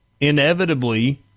inevitably